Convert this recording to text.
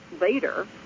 later